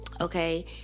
okay